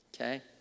Okay